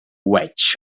witch